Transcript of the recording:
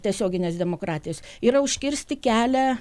tiesioginės demokratijos yra užkirsti kelią